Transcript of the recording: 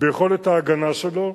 ביכולת ההגנה שלו,